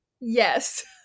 yes